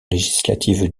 législatives